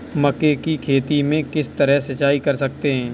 मक्के की खेती में किस तरह सिंचाई कर सकते हैं?